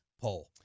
poll